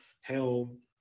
Helm